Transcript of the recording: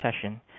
session